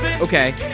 Okay